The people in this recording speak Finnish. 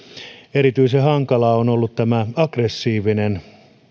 erityisen hankalaa on ollut tämä aggressiivinen